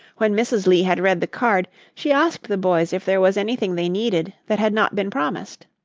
when mrs. lee had read the card she asked the boys if there was anything they needed that had not been promised.